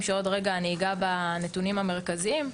תפקידים משמעותיים,